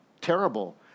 terrible